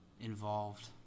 involved